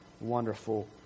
wonderful